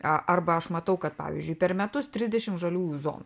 a arba aš matau kad pavyzdžiui per metus trisdešimt žaliųjų zonų